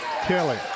Kelly